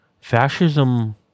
fascism